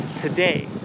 today